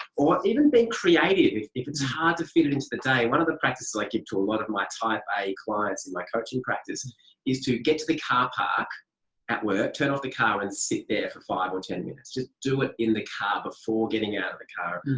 or even being creative if if it's hard to fit it into the day, one of the practices like it to a lot of my type a clients in my coaching practice and is to get to the car park at work, turn off the car and sit there for five or ten minutes. just do it in the car before getting out of the car.